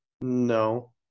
no